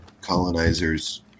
colonizers